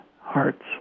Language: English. hearts